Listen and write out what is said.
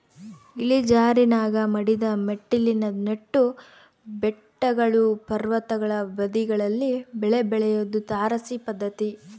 ಇಳಿಜಾರಿನಾಗ ಮಡಿದ ಮೆಟ್ಟಿಲಿನ ನೆಟ್ಟು ಬೆಟ್ಟಗಳು ಪರ್ವತಗಳ ಬದಿಗಳಲ್ಲಿ ಬೆಳೆ ಬೆಳಿಯೋದು ತಾರಸಿ ಪದ್ಧತಿ